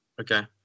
Okay